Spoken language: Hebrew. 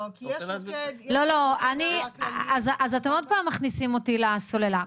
לא, לא, אז אתם עוד פעם מכניסים אותי לסוללה.